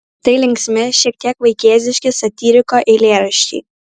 tai linksmi šiek tiek vaikėziški satyriko eilėraščiai